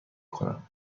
کنم